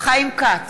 חיים כץ,